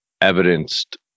evidenced